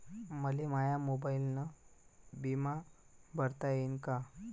मले माया मोबाईलनं बिमा भरता येईन का?